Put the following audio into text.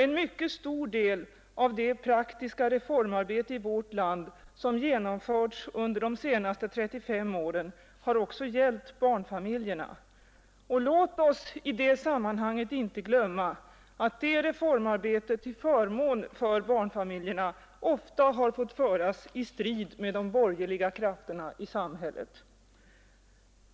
En mycket stor del av det praktiska reformarbete i vårt land som genomförts under de senaste 35 åren har också gällt barnfamiljerna. Och låt oss i det sammanhanget inte glömma att det reformarbetet till förmån för barnfamiljerna ofta har fått bedrivas i strid med de borgerliga krafterna i samhället.